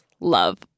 love